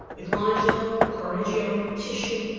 michelangelo, correggio, titian,